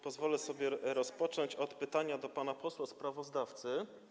Pozwolę sobie rozpocząć od pytania do pana posła sprawozdawcy.